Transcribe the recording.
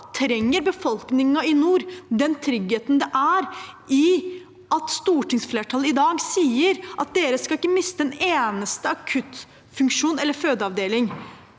trenger befolkningen i nord tryggheten i at stortingsflertallet i dag sier at de ikke skal miste en eneste akuttfunksjon eller fødeavdeling.